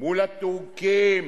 מול הטורקים,